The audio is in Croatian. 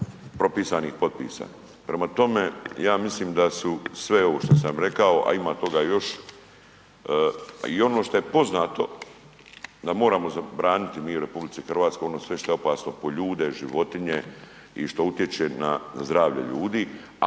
od propisanih potpisa. Prema tome ja mislim da sve ovo što sam rekao, a ima toga još i ono što je poznato da moramo zabraniti mi u RH ono što je sve opasno po ljude, životinje i što utječe na zdravlje ljudi,